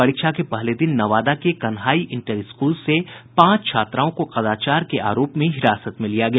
परीक्षा के पहले दिन नवादा के कन्हाई इंटर स्कूल से पांच छात्राओं को कदाचार के आरोप में हिरासत में लिया गया